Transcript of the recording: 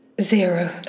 Zero